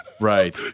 Right